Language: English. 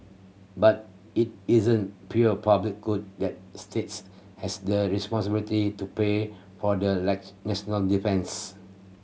but it isn't pure public good that states has the responsibility to pay for the like national defence